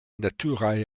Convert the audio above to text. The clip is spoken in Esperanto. naturaj